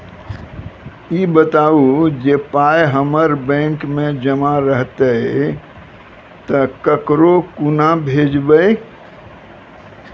ई बताऊ जे पाय हमर बैंक मे जमा रहतै तऽ ककरो कूना भेजबै?